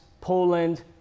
Poland